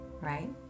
Right